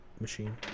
machine